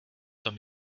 tom